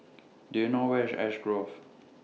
Do YOU know Where IS Ash Grove